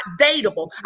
dateable